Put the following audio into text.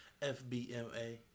FBMA